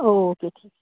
او کے ٹھیٖک چھِ